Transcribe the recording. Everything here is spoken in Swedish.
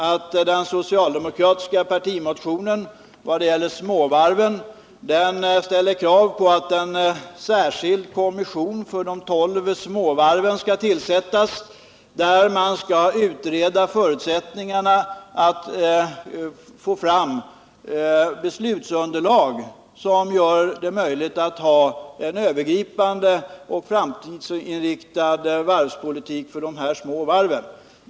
I den socialdemokratiska partimotionen om småvarven krävs att en särskild kommission för de tolv småvarven skall tillsättas för att utreda förutsättningarna att få fram beslutsunderlag som möjliggör en övergripande och framtidsinriktad varvspolitik för de små varven.